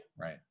Right